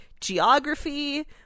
geography